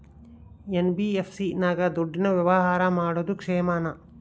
NBFC ನಾಗ ದುಡ್ಡಿನ ವ್ಯವಹಾರ ಮಾಡೋದು ಕ್ಷೇಮಾನ?